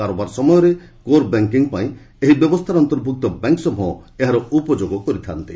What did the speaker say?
କାରବାର ବେଳେ core banking ପାଇଁ ଏହି ବ୍ୟବସ୍ଥାରେ ଅନ୍ତର୍ଭୁକ୍ତ ବ୍ୟାଙ୍କ ସମୃହ ଏହାର ଉପଯୋଗ କରିଥାନ୍ତି